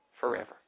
forever